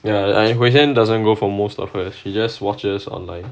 ya name doesn't go for most of hers she just watches online